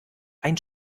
ein